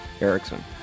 Erickson